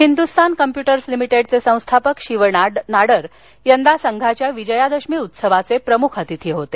Hindustan computers लिमिटिडचे संस्थापक शिव नाडर यंदा संघाच्या विजयादशमी उत्सवाचे प्रमुख अतिथी होते